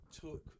took